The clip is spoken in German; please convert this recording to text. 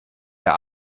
der